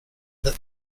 that